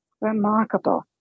remarkable